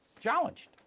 challenged